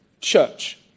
church